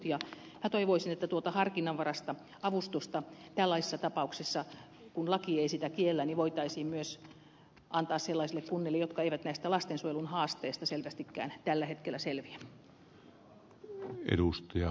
minä toivoisin että tuota harkinnanvaraista avustusta tällaisissa tapauksissa kun laki ei sitä kiellä voitaisiin myös antaa sellaisille kunnille jotka eivät näistä lastensuojelun haasteista selvästikään tällä hetkellä selviä